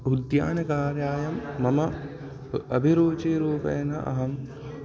उद्यानकार्यायां मम अभिरुचिरूपेण अहम्